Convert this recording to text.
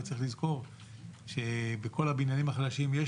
וצריך לזכור שבכל הבניינים החדשים יש